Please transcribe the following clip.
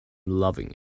loving